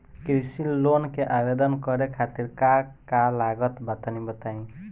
कृषि लोन के आवेदन करे खातिर का का लागत बा तनि बताई?